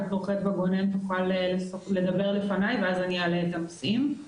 דוקטור חדווה גונן תוכל לדבר לפני ואז אני אעלה את הנושאים.